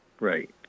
Right